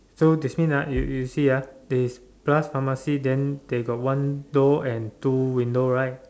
so that means ah you you see ah there's plus pharmacy then they got one door and two window right